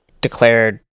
declared